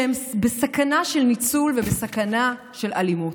שהם בסכנה של ניצול ובסכנה של אלימות.